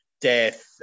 death